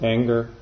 Anger